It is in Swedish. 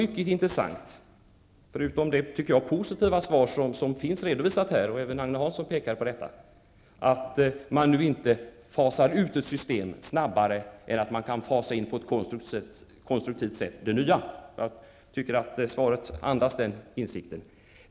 Jag -- liksom Agne Hansson -- tycker att det svar som har lämnats här var positivt. Men det är mycket viktigt att man nu inte ''fasar ut'' ett system snabbare än att man på ett konstruktivt sätt kan ''fasa in'' det nya systemet, och svaret andas också den insikten.